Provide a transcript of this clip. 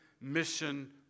mission